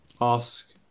Ask